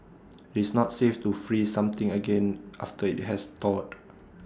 it's not safe to freeze something again after IT has thawed